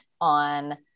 on